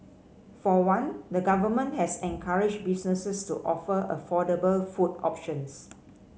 for one the Government has encouraged businesses to offer affordable food options